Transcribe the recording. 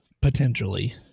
potentially